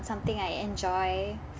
something I enjoy